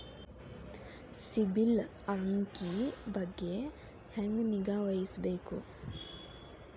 ಸಿಬಿಲ್ ಅಂಕಿ ಬಗ್ಗೆ ಹೆಂಗ್ ನಿಗಾವಹಿಸಬೇಕು?